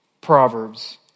Proverbs